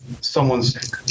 someone's